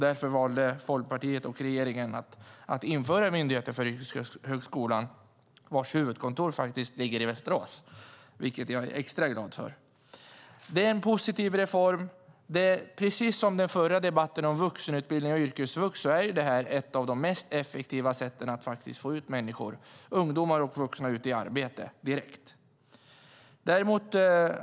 Därför valde Folkpartiet och regeringen att skapa Myndigheten för yrkeshögskolan, vars huvudkontor ligger i Västerås, vilket jag är extra glad för. Det är en positiv reform. Precis som i den förra debatten om yrkesutbildningen och yrkesvux är detta ett av de mest effektiva sätten att få ut människor, ungdomar och vuxna, direkt ut i arbete.